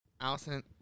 Allison